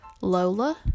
lola